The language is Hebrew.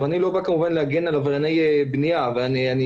אני לא בא כמובן להגן על עברייני בנייה אבל אני